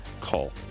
call